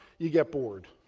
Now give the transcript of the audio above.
you get bored.